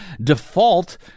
default